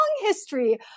history